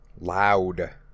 Loud